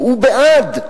הוא בעד,